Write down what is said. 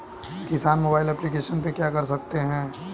किसान mobile application पे क्या क्या कर सकते हैं?